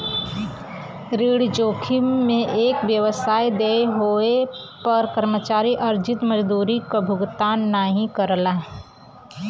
ऋण जोखिम में एक व्यवसाय देय होये पर कर्मचारी अर्जित मजदूरी क भुगतान नाहीं करला